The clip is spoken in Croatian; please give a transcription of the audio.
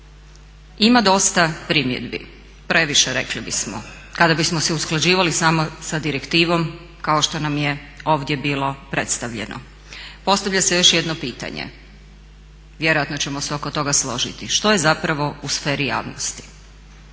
ima dosta primjedbi, previše rekli bismo kada bismo si usklađivali samo sa direktivom kao što nam je ovdje bilo predstavljeno. Postavlja se još jedno pitanje, vjerojatno ćemo se oko toga složiti, što je zapravo u sferi javnosti?